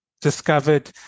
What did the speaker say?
discovered